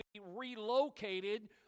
relocated